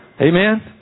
Amen